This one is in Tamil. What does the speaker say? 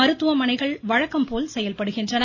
மருத்துவமனைகள் வழக்கம்போல் செயல்படுகின்றன